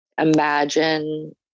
imagine